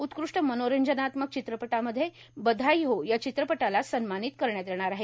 उत्कृष्ट मनोरंजनात्मक चित्रपटामध्ये बधाई हो या चित्रपटाला सन्मानित करण्यात येणार आहे